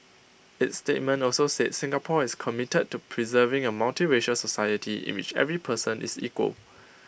its statement also said Singapore is committed to preserving A multiracial society in which every person is equal